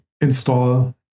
install